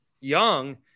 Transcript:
young